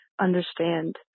understand